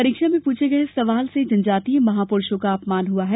परीक्षा में पूछे गये सवाल से जनजातीय महापुरूषों का अपमान हुआ है